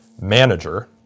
manager